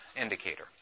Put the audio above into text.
indicator